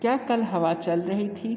क्या कल हवा चल रही थी